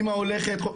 אמא הולכת,